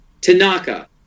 Tanaka